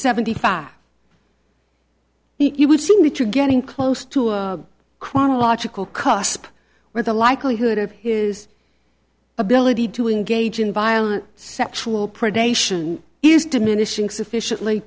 seventy five you would see what you're getting close to a chronological cusp where the likelihood of his ability to engage in violent sexual predation is diminishing sufficiently